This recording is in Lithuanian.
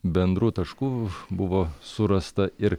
bendrų taškų buvo surasta ir